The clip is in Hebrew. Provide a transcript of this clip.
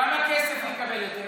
כמה כסף הוא יקבל יותר?